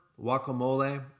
guacamole